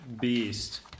beast